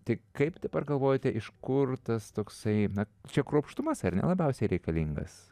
tik kaip dabar galvojate iš kur tas toksai na čia kruopštumas ar ne labiausiai reikalingas